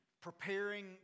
preparing